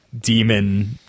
demon